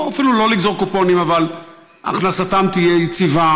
או אפילו לא לגזור קופונים אבל הכנסתם תהיה יציבה,